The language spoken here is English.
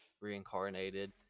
reincarnated